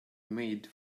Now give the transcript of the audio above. made